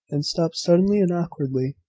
and stopped suddenly and awkwardly.